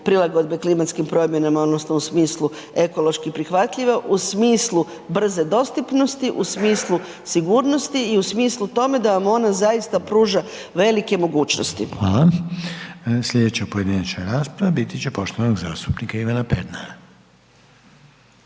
prilagodbe klimatskim promjenama odnosno u smislu ekološki prihvatljive, u smislu brze dostupnosti, u smislu sigurnosti i u smislu tome da vam ona zaista pruža velike mogućnosti. **Reiner, Željko (HDZ)** Hvala. Slijedeća pojedinačna rasprava biti će poštovanog zastupnika Ivana Pernara.